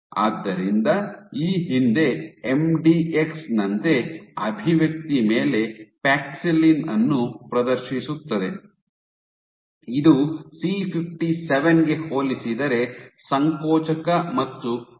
ಆದ್ದರಿಂದ ಈ ಹಿಂದೆ ಎಂಡಿಎಕ್ಸ್ ನಂತೆ ಅಭಿವ್ಯಕ್ತಿ ಮೇಲೆ ಪ್ಯಾಕ್ಸಿಲಿನ್ ಅನ್ನು ಪ್ರದರ್ಶಿಸುತ್ತದೆ ಇದು C57 ಗೆ ಹೋಲಿಸಿದರೆ ಸಂಕೋಚಕ ಮತ್ತು ಗಟ್ಟಿಯಾಗಿರುತ್ತದೆ